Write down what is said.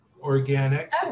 organic